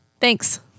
Thanks